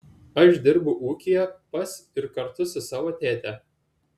aš dirbu ūkyje pas ir kartu su savo tėte